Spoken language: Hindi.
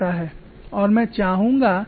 और मैं चाहूंगा कि आप इसका एक स्केच बनाएं